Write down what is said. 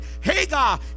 Hagar